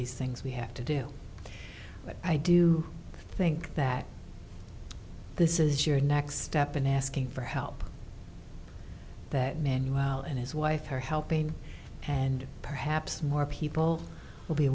these things we have to do but i do think that this is your next step in asking for help that man well and his wife her helping and perhaps more people will be